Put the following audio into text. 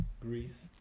Greece